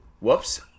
Whoops